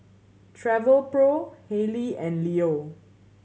Travelpro Haylee and Leo